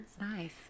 Nice